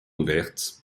ouverte